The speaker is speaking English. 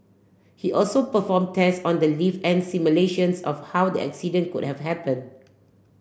he also perform tests on the lift and simulations of how the accident could have happen